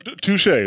Touche